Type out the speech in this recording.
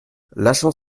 lâchant